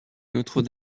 notre